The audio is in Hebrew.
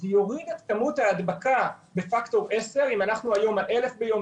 זה יוריד את כמות ההדבקה בפקטור 10. אם אנחנו היום על 1,000 ביום,